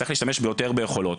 צריך להשתמש בהרבה יותר יכולות.